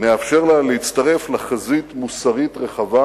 מאפשר לה להצטרף לחזית מוסרית רחבה